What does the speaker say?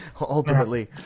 ultimately